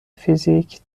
فیزیک